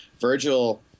Virgil